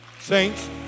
Saints